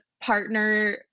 partner